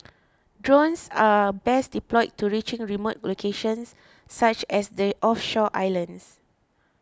drones are best deployed to reaching remote locations such as the offshore islands